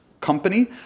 company